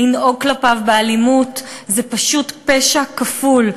ולנהוג כלפיו באלימות זה פשוט פשע כפול.